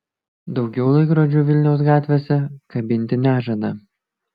daugiau laikrodžių vilniaus gatvėse kabinti nežada